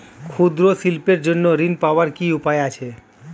ক্ষুদ্র শিল্পের জন্য ঋণ পাওয়ার কি উপায় আছে?